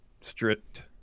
strict